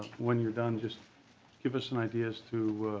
when you're done just give us an idea as to